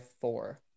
four